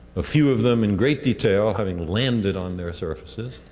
a few of them in great detail, having landed on their surfaces,